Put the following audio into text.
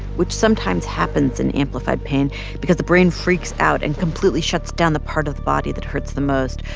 which sometimes happens in amplified pain because the brain freaks out and completely shuts down the part of the body that hurts the most.